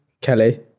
Kelly